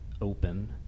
open